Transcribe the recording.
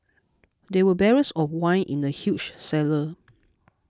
there were barrels of wine in the huge cellar